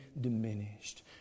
diminished